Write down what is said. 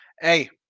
Hey